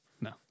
No